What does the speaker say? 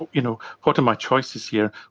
you know, what are my choices here,